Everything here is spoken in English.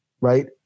right